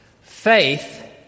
faith